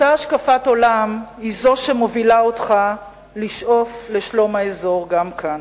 אותה השקפת עולם היא זו שמובילה אותך לשאוף לשלום האזור גם כאן.